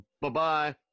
bye-bye